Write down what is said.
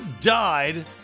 died